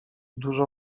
dużo